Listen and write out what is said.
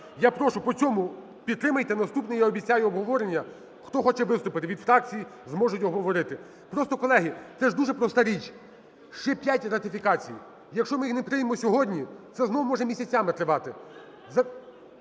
Я прошу по цьому підтримайте, наступний, я обіцяю, обговорення. Хто хоче виступити від фракцій, зможуть обговорити. Просто, колеги, це ж дуже проста річ, ще п'ять ратифікацій. Якщо ми їх не приймемо сьогодні, це знову може місяцями тривати.